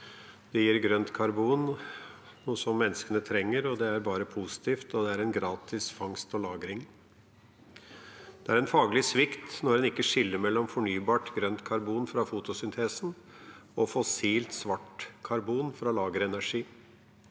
Det gir grønt karbon, noe menneskene trenger, og det er bare positivt, og det er en gratis fangst og lagring. Det er en faglig svikt når en ikke skiller mellom fornybart grønt karbon fra fotosyntesen og fossilt svart karbon fra lagerenergi.